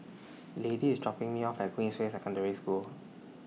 Lady IS dropping Me off At Queensway Secondary School